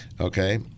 Okay